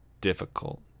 difficult